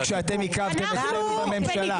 חוק שאתם עיכבתם אצלנו בממשלה.